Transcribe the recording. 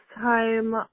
time